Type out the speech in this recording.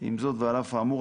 "עם זאת ועל אף האמור,